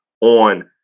on